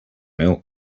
milk